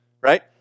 right